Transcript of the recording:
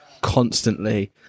constantly